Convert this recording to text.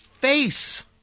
face